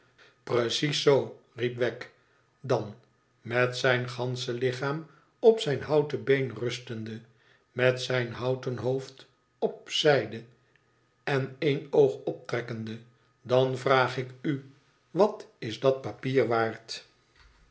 precies zoo riepwegg dan met zijn gansche lichaam op zijn houten been rustende met zijn houten hoofd op zijde en één oog optrekkende dan vraag ik u wat is dat papier waard